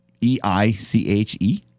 E-I-C-H-E